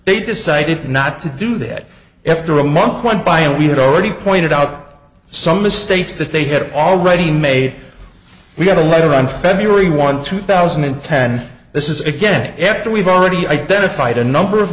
they decided not to do that after a month went by and we had already pointed out some mistakes that they had already made we had a letter on february one two thousand and ten this is again after we've already identified a number of